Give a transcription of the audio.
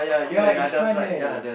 ya it's fun eh